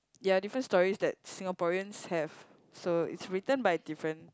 ya different stories that Singaporeans have so it's written by different